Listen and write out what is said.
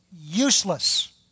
useless